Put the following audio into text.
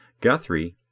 Guthrie